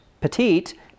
petite